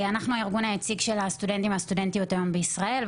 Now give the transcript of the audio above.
אנחנו הארגון היציג של הסטודנטים והסטודנטיות בישראל,